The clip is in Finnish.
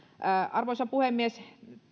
arvoisa puhemies